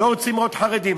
לא רוצים לראות חרדים.